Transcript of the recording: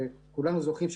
כולנו זוכרים,